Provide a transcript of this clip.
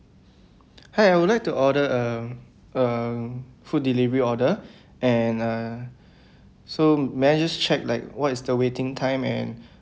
hi I would like to order um um food delivery order and uh so may I just check like what is the waiting time and